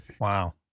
Wow